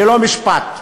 ללא משפט.